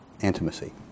intimacy